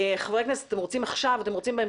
חברי הכנסת, אתם רוצים לדבר עכשיו או בהמשך?